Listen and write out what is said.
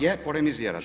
Je, polemizirate.